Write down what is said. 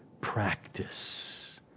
practice